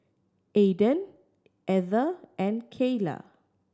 Aiden Ether and Keila